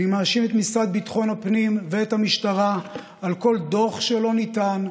אני מאשים את המשרד לביטחון הפנים ואת המשטרה על כל דוח שלא ניתן,